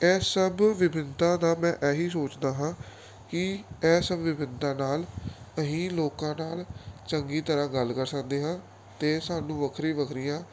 ਇਹ ਸਭ ਵਿਭਿੰਨਤਾ ਦਾ ਮੈਂ ਇਹੀ ਸੋਚਦਾ ਹਾਂ ਕਿ ਇਸ ਵਿਭਿੰਨਤਾ ਨਾਲ ਅਸੀਂ ਲੋਕਾਂ ਨਾਲ ਚੰਗੀ ਤਰ੍ਹਾਂ ਗੱਲ ਕਰ ਸਕਦੇ ਹਾਂ ਅਤੇ ਸਾਨੂੰ ਵੱਖਰੀ ਵੱਖਰੀਆਂ